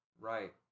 Right